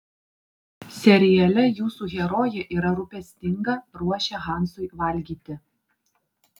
seriale jūsų herojė yra rūpestinga ruošia hansui valgyti